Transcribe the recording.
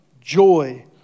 joy